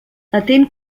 atén